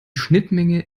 schnittmenge